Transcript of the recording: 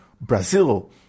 Brazil